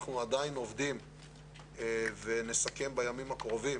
אנחנו עדיין עובדים ונסכם בימים הקרובים